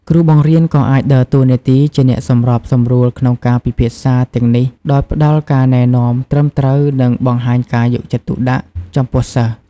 គ្រូបង្រៀនក៏អាចដើរតួនាទីជាអ្នកសម្របសម្រួលក្នុងការពិភាក្សាទាំងនេះដោយផ្ដល់ការណែនាំត្រឹមត្រូវនិងបង្ហាញការយកចិត្តទុកដាក់ចំពោះសិស្ស។